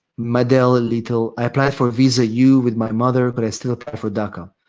madel ah little, i applied for a visa u with my mother but i still prefer daca.